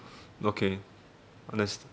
okay less